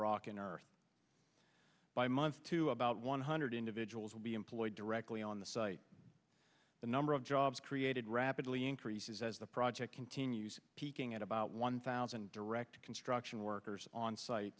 earth by months to about one hundred individuals will be employed directly on the site the number of jobs created rapidly increases as the project continues peaking at about one thousand direct construction workers on site